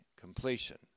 Completion